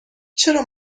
چرا